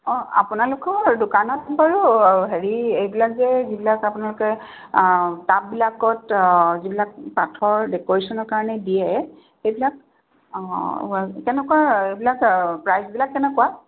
অঁ আপোনালোকৰ দোকানত বাৰু হেৰি এইবিলাক যে যিবিলাক আপোনালোকে টাববিলাকত যিবিলাক পাথৰ ডেকৰেশ্যনৰ কাৰণে দিয়ে সেইবিলাক অঁ কেনেকুৱা সেইবিলাক প্ৰাইজবিলাক কেনেকুৱা